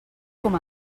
com